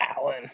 Alan